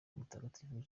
mutagatifu